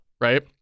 right